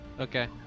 Okay